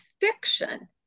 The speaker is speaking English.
fiction